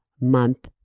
month